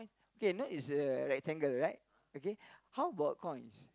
K note is a rectangle right okay how about coins